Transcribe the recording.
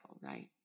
right